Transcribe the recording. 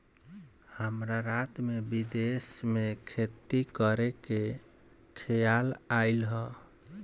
हमरा रात में विदेश में खेती करे के खेआल आइल ह